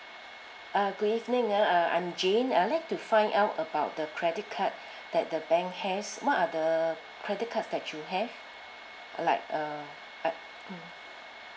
ah good evening ah uh I'm jane I'd like to find out about the credit card that the bank has what are the credit cards that you have like uh